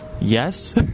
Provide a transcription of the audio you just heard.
Yes